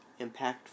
impactful